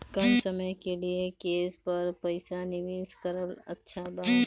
कम समय के लिए केस पर पईसा निवेश करल अच्छा बा?